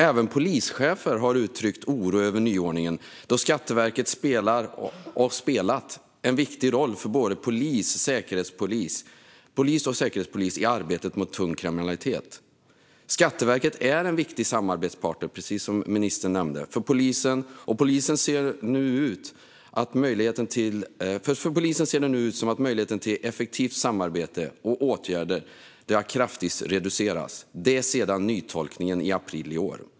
Även polischefer har uttryckt oro över nyordningen, då Skatteverket har spelat en viktig roll för både polis och säkerhetspolis i arbetet mot tung kriminalitet. Som ministern nämnde är Skatteverket en viktig samarbetspartner för polisen, och polisen ser nu att möjligheten till effektivt samarbete och åtgärder kraftigt reducerats sedan nytolkningen i april i år.